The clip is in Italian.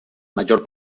maggior